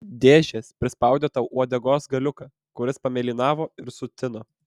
dėžės prispaudė tau uodegos galiuką kuris pamėlynavo ir sutino